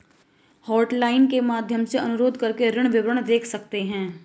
hotline के माध्यम से अनुरोध करके ऋण विवरण देख सकते है